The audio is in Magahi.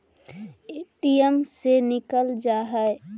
ए.टी.एम से निकल जा है?